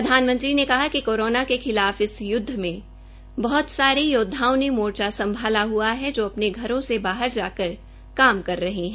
प्रधानमंत्री ने कहा कि कोरोना के खिलाफ इस युद्व में बहुत सारे योद्वाओं ने मोर्चा संभाला हुआ है जो अपने घरों से बाहर जाकर काम कर रहे है